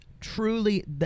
truly